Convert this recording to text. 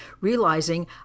realizing